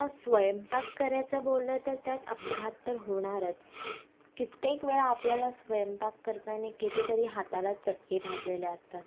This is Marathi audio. आता स्वयंपाक करायचं बोललं तर त्यात अपघात तर होणारच कित्येक वेळा आपल्याला स्वयंपाक करताना कितीतरी हाताला चटके भाजलेले असतात